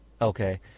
Okay